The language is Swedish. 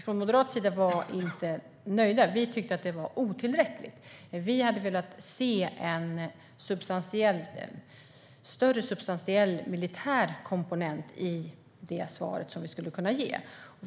från moderat sida inte var nöjda. Vi tyckte att det var otillräckligt. Vi hade velat se en större substantiell militär komponent i det svar som vi skulle ge.